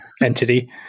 entity